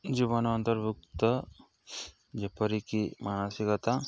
ଜୀବନ ଅନ୍ତର୍ଭୁକ୍ତ ଯେପରିକି ମାନସିକତା